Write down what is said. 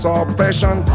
oppression